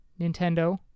Nintendo